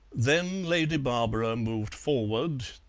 then lady barbara moved forward,